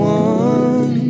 one